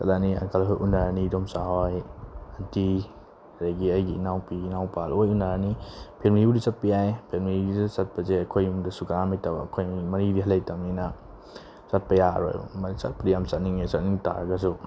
ꯆꯠꯂꯅꯤ ꯑꯪꯀꯜꯍꯣꯏ ꯎꯅꯔꯅꯤ ꯏꯗꯣꯝꯆꯥꯍꯣꯏ ꯑꯟꯇꯤ ꯑꯗꯒꯤ ꯑꯩꯒꯤ ꯏꯅꯥꯎꯄꯤ ꯏꯅꯥꯎꯄꯥ ꯂꯣꯏ ꯎꯅꯔꯅꯤ ꯐꯦꯃꯤꯂꯤꯕꯨꯗꯤ ꯆꯠꯄ ꯌꯥꯏ ꯐꯦꯃꯤꯂꯤꯒꯤꯁꯨ ꯆꯠꯄꯁꯦ ꯑꯩꯈꯣꯏ ꯌꯨꯝꯗꯁꯨ ꯀꯅꯥꯝ ꯂꯩꯇꯕ ꯑꯩꯈꯣꯏ ꯃꯤ ꯃꯔꯤꯗꯒꯤ ꯍꯦꯟꯅ ꯂꯩꯇꯕꯅꯤꯅ ꯆꯠꯄ ꯌꯥꯔꯔꯣꯏꯕ ꯆꯠꯄꯨꯗꯤ ꯌꯥꯝ ꯆꯠꯅꯤꯡꯉꯦ ꯆꯠꯅꯤꯡ ꯇꯥꯔꯒꯁꯨ